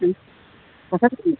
ହୁଁ ପଚାରିବି